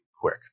quick